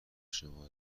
شما